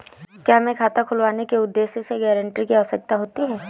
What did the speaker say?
क्या हमें खाता खुलवाने के उद्देश्य से गैरेंटर की आवश्यकता होती है?